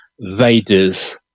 Vader's